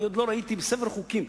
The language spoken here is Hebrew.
אני עוד לא ראיתי בספר החוקים,